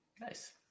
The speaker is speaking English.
Nice